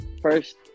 First